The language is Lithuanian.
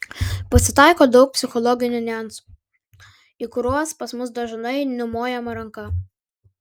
pasitaiko daug psichologinių niuansų į kuriuos pas mus dažnai numojama ranka